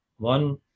one